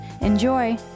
Enjoy